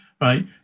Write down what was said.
Right